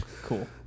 Cool